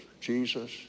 Jesus